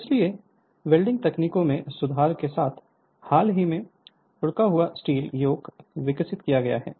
Refer Slide Time 1834 इसलिए welding तकनीकों में सुधार के साथ हाल ही में लुढ़का हुआ स्टील योक विकसित किया गया है